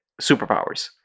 superpowers